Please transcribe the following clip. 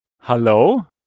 hello